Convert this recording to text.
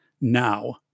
now